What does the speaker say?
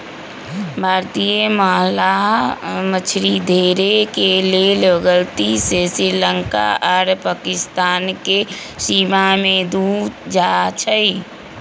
भारतीय मलाह मछरी धरे के लेल गलती से श्रीलंका आऽ पाकिस्तानके सीमा में ढुक जाइ छइ